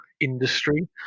industry